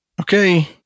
Okay